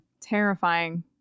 terrifying